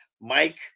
Mike